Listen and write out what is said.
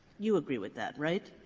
you agree with that, right?